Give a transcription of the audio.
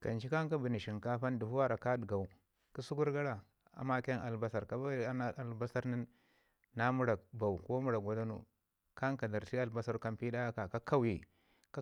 Kancu ka bəni shinkapa nin dəvo mi ka ɗiyau. Kə sukur gara a maken albasar nin na mərak bau ko mərak gwaɗanu kan ka darr tii albasar gu ka mpi ɗa aka kai